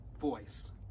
voice